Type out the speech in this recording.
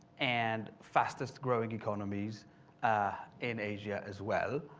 and fastest growing economies in asia as well,